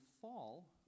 fall